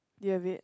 do you have it